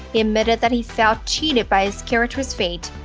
he admitted that he felt cheated by his character's fate.